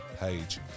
page